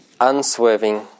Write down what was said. Unswerving